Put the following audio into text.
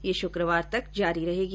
यह शुक्रवार तक जारी रहेगी